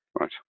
Right